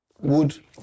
wood